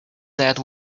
that